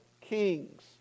kings